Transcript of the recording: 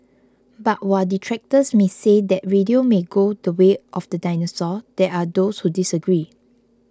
but while detractors may say that radio may go the way of the dinosaur there are those who disagree